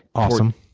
awesome.